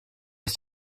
ist